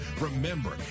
Remember